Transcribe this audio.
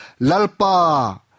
lalpa